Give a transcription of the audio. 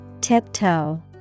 Tiptoe